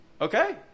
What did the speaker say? Okay